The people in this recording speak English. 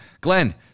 Glenn